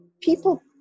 People